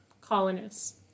Colonists